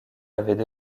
avaient